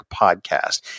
podcast